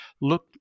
look